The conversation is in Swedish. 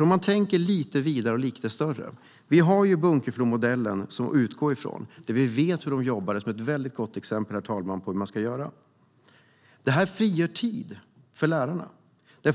Om man tänker lite vidare och lite större: Vi har Bunkeflomodellen att utgå från, där vi vet hur de jobbade, och vi har det, herr talman, som ett mycket gott exempel på hur man ska göra. Det frigör tid för lärarna.